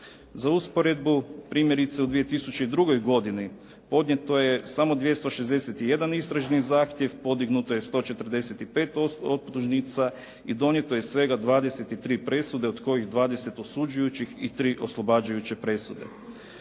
Za usporedbu primjerice u 2002. godinu podnijeto je samo 261 istražni zahtjev, podignuto je 145 optužnica i donijeto je svega 23 presude od kojih 20 osuđujućih i 3 oslobađajuće presude.